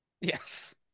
yes